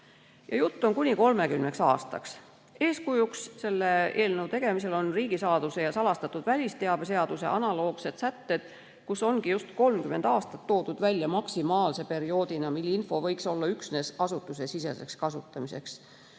kuni 30 aastaks. Eeskujuks selle eelnõu tegemisel on olnud riigisaladuse ja salastatud välisteabe seaduse analoogsed sätted, kus on 30 aastat toodud välja maksimaalse perioodina, mil info võiks olla üksnes asutusesiseseks kasutamiseks.